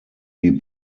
die